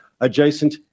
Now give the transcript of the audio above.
adjacent